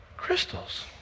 Crystals